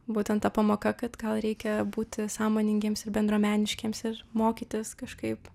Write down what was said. būtent ta pamoka kad gal reikia būti sąmoningiems ir bendruomeniškiems ir mokytis kažkaip